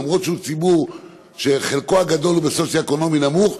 אף שהוא ציבור שחלקו הגדול בסוציו-אקונומי נמוך,